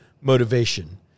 motivation